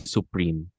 Supreme